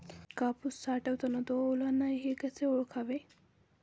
कापूस साठवताना तो ओला नाही हे कसे ओळखावे?